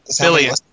billion